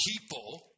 people